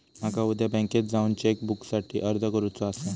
माका उद्या बँकेत जाऊन चेक बुकसाठी अर्ज करुचो आसा